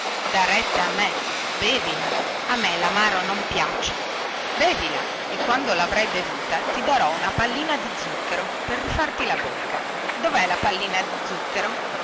da retta a me bevila a me lamaro non mi piace bevila e quando lavrai bevuta ti darò una pallina di zucchero per rifarti la bocca dovè la pallina di zucchero